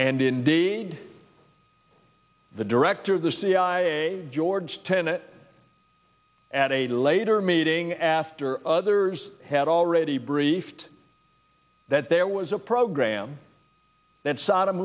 and indeed the director of the cia george tenet at a later meeting after others had already briefed that there was a program that saddam